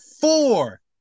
four